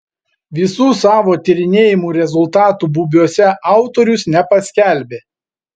visų savo tyrinėjimų rezultatų bubiuose autorius nepaskelbė